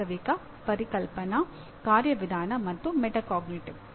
ವಾಸ್ತವಿಕ ಪರಿಕಲ್ಪನಾ ಕಾರ್ಯವಿಧಾನ ಮತ್ತು ಮೆಟಾಕಾಗ್ನಿಟಿವ್